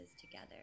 together